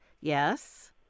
Yes